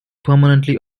permanently